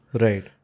right